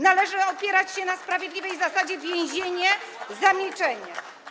Należy opierać się na sprawiedliwej zasadzie: więzienie za milczenie.